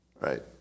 right